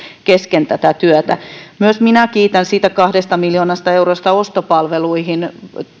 kesken tätä työtä myös minä kiitän siitä kahdesta miljoonasta eurosta ostopalveluihin